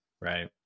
right